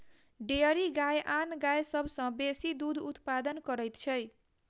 dairy गाय आन गाय सभ सॅ बेसी दूध उत्पादन करैत छै